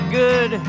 good